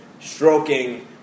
Stroking